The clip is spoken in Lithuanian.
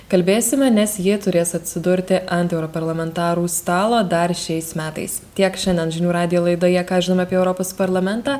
kalbėsime nes ji turės atsidurti ant europarlamentarų stalo dar šiais metais tiek šiandien žinių radijo laidoje ką žinome apie europos parlamentą